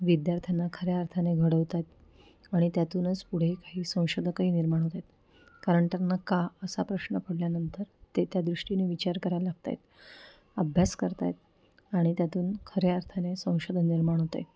विद्यार्थ्यांना खऱ्या अर्थाने घडवत आहेत आणि त्यातूनच पुढे काही संशोधकही निर्माण होत आहेत कारण त्यांना का असा प्रश्न पडल्यानंतर ते त्या दृष्टीने विचार करायला लागत आहेत अभ्यास करत आहेत आणि त्यातून खऱ्या अर्थाने संशोधन निर्माण होतं आहे